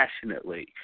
passionately